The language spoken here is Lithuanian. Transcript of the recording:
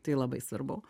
tai labai svarbu